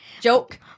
Joke